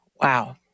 Wow